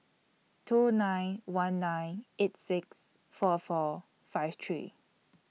two nine one nine eight six four four five three